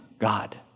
God